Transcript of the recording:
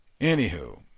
anywho